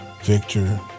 Victor